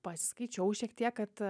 pasiskaičiau šiek tiek kad